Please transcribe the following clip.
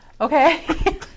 Okay